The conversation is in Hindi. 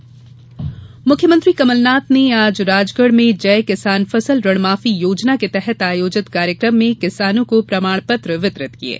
कमलनाथ मुख्यमंत्री कमलनाथ ने आज राजगढ़ में जय किसान फसल ऋण माफी योजना के तहत आयोजित कार्यक्रम में किसानों को प्रमाणपत्र वितरित किये